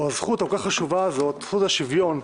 הזכות הכל כך חשובה הזאת, זכות השוויון,